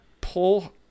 pull